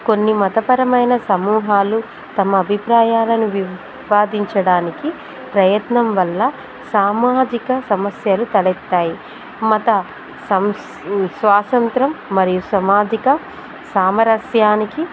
కొన్ని మతపరమైన సమూహాలు తమ అభిప్రాయాలను విపాదించడానికి ప్రయత్నం వల్ల సామాజిక సమస్యలు తడత్తాయి మత సంస్ స్వాసంత్రం మరియు సమాజిక సామరస్యానికి